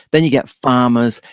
then you get farmers,